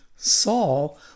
Saul